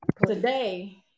Today